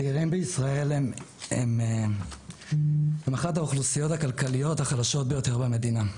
הצעירים בישראל הם אחת מהאוכלוסיות הכלכליות החלשות ביותר במדינה.